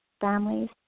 families